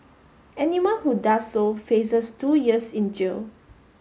animal who does so faces two years in jail